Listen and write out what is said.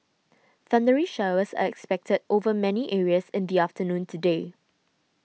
thundery showers are expected over many areas in the afternoon today